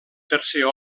tercer